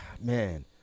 man